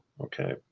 Okay